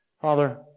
Father